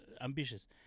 ambitious